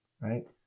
right